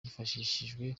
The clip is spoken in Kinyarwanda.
hifashishijwe